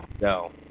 No